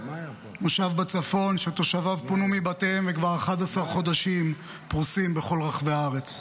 מושב בצפון שתושביו פונו מבתיהם וכבר 11 חודשים פרוסים בכל רחבי הארץ.